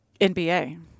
NBA